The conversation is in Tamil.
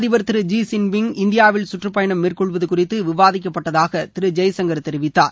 அதிபர் திரு இந்தியாவில் சுற்றப்பயணம் மேற்கொள்வது ச்ள குறித்த விவாதிக்கப்பட்டதாக திரு ஜெய்சங்கர் தெரிவித்தார்